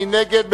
מי נגד?